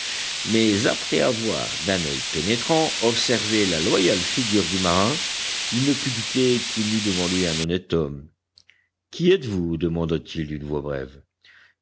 mais après avoir d'un oeil pénétrant observé la loyale figure du marin il ne put douter qu'il n'eût devant lui un honnête homme qui êtes-vous demanda-t-il d'une voix brève